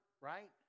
right